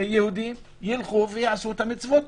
יהודים יעשו את המצוות,